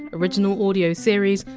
original audio series,